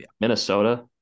Minnesota